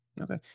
okay